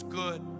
good